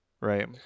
right